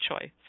choice